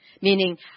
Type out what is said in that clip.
Meaning